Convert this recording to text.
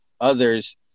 others